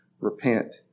repent